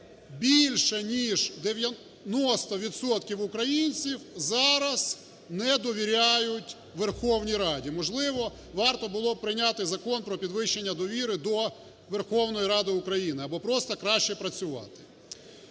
відсотків українців зараз недовіряють Верховній Раді. Можливо, варто було б прийняти Закон про підвищення довіри до Верховної Ради України, або просто краще працювати.